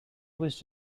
was